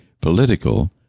political